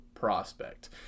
prospect